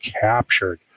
captured